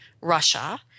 Russia